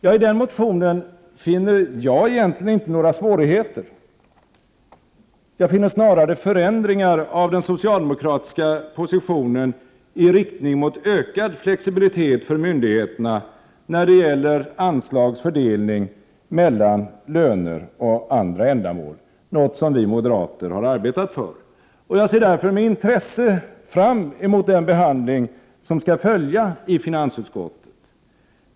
I den motionen finner jag egentligen inte några svårigheter, utan snarare förändringar av den socialdemokratiska positionen i riktning mot ökad flexibilitet för myndigheterna när det gäller anslags fördelning mellan löner och andra ändamål, något som vi moderater har arbetat för. Jag ser med intresse fram emot den behandling som skall följa ifinansutskottet.